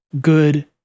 good